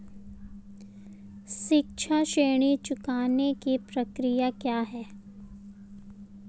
शिक्षा ऋण चुकाने की प्रक्रिया क्या है?